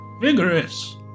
Vigorous